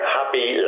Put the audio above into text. happy